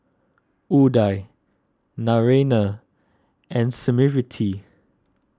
Udai Naraina and Smriti